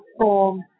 form